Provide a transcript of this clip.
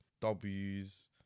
w's